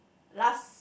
last